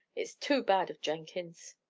it's too bad of jenkins!